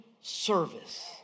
service